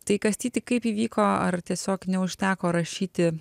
tai kastyti kaip įvyko ar tiesiog neužteko rašyti